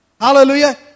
hallelujah